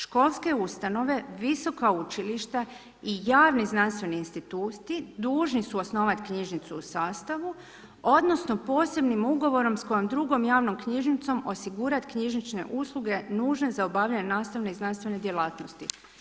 Školske ustanove, visoka učilišta i javni znanstveni instituti dužni su osnovati knjižnicu u sastavu odnosno posebnim ugovorom s kojom drugom javnom knjižnicom osigurat knjižnične usluge nužne za obavljanje nastavne i znanstvene djelatnosti.